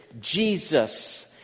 Jesus